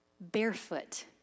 Barefoot